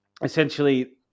Essentially